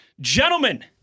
Gentlemen